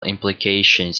implications